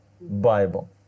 Bible